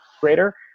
greater